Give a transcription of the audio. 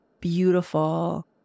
beautiful